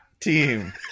team